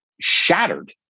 shattered